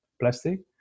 plastic